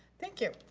thank you.